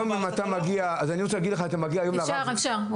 אפשר, אפשר.